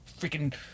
freaking